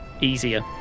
easier